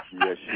Yes